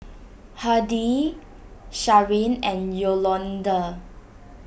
Hardie Sharen and Yolonda